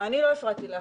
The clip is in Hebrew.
אני לא הפרעתי לך,